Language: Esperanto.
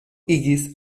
igis